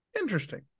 Interesting